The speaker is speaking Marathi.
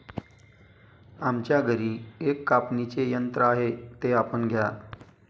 आमच्या घरी एक कापणीचे यंत्र आहे ते आपण घ्या